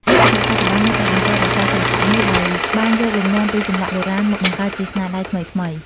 ជាងចម្លាក់បច្ចុប្បន្ននៅតែបន្តរក្សាសិល្បៈនេះ ដោយបានយកលំនាំពីចម្លាក់បុរាណមកបង្កើតជាស្នាដៃថ្មីៗ។